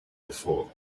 before